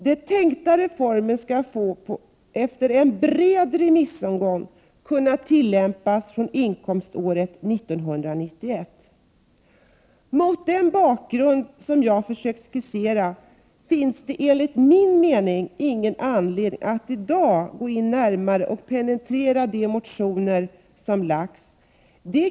Den tänkta reformen skulle då efter en bred remissomgång kunna tillämpas fr.o.m. inkomståret 1991. Mot den bakgrund som jag försökt skissera finns det enligt min mening ingen anledning att i dag gå in och närmare penetrera de motioner som lagts fram.